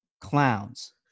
clowns